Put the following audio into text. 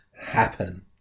happen